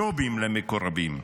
ג'ובים למקורבים.